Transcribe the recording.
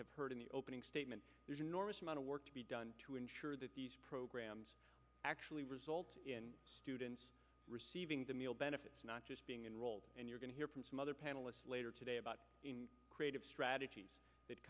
have heard in the opening statement there's an enormous amount of work to be done to ensure that these programs actually result in students receiving the meal benefits not just being enrolled and you're going to hear from some other panelists later today about creative strategies th